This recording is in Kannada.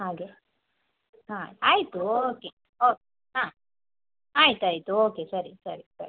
ಹಾಗೆ ಹಾಂ ಆಯಿತು ಓಕೆ ಓಕೆ ಹಾಂ ಆಯ್ತು ಆಯಿತು ಓಕೆ ಸರಿ ಸರಿ ಸರಿ